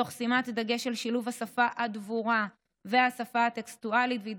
תוך שימת דגש על שילוב השפה הדבורה והשפה הטקסטואלית ובהתבססות,